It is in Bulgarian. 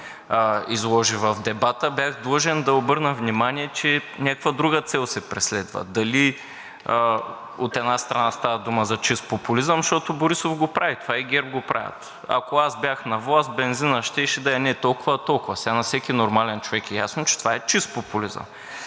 изложи в дебата, бях длъжен да обърна внимание, че някаква друга цел се преследва. Дали, от една страна, става дума за чист популизъм, защото Борисов го прави това, и ГЕРБ го правят: ако аз бях на власт, бензинът щеше да е не толкова, а толкова. На всеки нормален човек е ясно, че това е чист популизъм